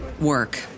work